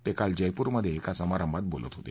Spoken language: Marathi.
ते काल जयपूरमध्ये का समारंभात बोलत होते